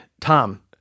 Tom